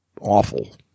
awful